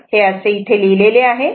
तर हे असे इथे लिहिलेले आहे